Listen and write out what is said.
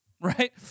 right